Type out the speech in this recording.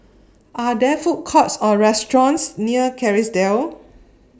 Are There Food Courts Or restaurants near Kerrisdale